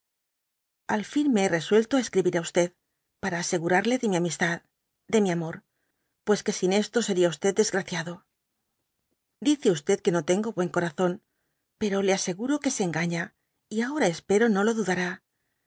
al fin me hé resuelto á escribir á para asegurarle de mi amistad de mi amor pues que sin esto seria desgraciado dice que no tengo buen corazón pero le aseguro cue se engaña y